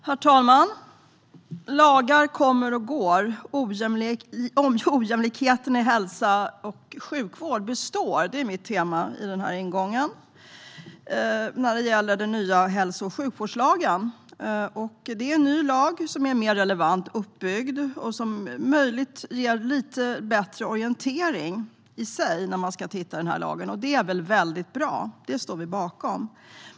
Herr talman! Lagar kommer och går, ojämlikheten i hälsa och sjukvård består. Det är mitt tema i ingången till debatten om den nya hälso och sjukvårdslagen. Det är en ny lag som är mer relevant uppbyggd och som möjligen ger lite bättre orientering. Det är bra och det står vi bakom.